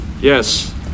Yes